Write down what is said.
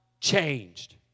changed